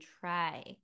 try